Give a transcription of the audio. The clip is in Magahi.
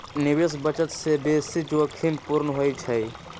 निवेश बचत से बेशी जोखिम पूर्ण होइ छइ